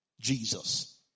Jesus